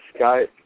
Skype